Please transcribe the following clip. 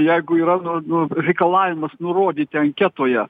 jeigu yra nu nu reikalavimas nurodyti anketoje